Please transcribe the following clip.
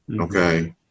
okay